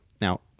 Now